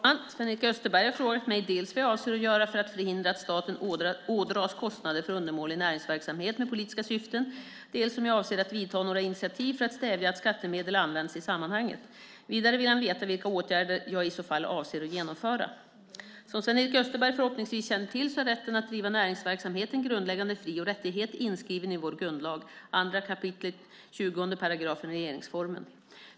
Fru talman! Sven-Erik Österberg har frågat mig dels vad jag avser att göra för att förhindra att staten ådras kostnader för undermålig näringsverksamhet med politiska syften, dels om jag avser att ta några initiativ för att stävja att skattemedel används i sammanhanget. Vidare vill han veta vilka åtgärder jag i så fall avser att genomföra. Som Sven-Erik Österberg förhoppningsvis känner till är rätten att driva näringsverksamhet en grundläggande fri och rättighet inskriven i vår grundlag, 2 kap. 20 § regeringsformen.